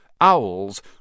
Owls